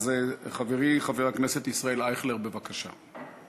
חברי חבר הכנסת ישראל אייכלר, בבקשה.